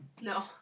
No